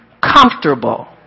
comfortable